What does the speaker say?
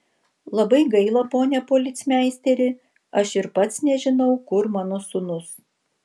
labai gaila pone policmeisteri aš ir pats nežinau kur mano sūnus